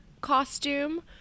costume